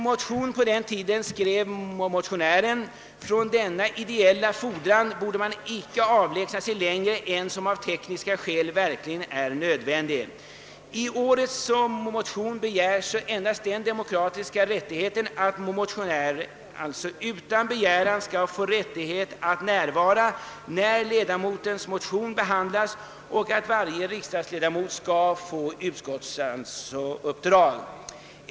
Motionären skrev att från denna ideella fordran borde man icke avlägsna sig längre än som av tekniska skäl verkligen vore nödvändigt. I årets motion begärs endast den demokratiska rättigheten att motionär utan begäran skall få rättighet att närvara när hans motion behandlas och att varje riksdagsledamot skall få utskottsuppdrag.